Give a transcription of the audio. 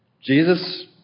Jesus